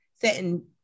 setting